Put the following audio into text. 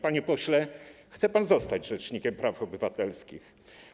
Panie pośle, pan chce zostać rzecznikiem praw obywatelskich.